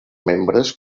membres